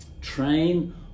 train